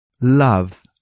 Love